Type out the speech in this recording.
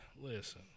Listen